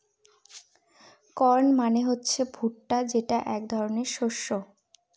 corn মানে হচ্ছে ভুট্টা যেটা এক ধরনের শস্য